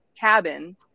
cabin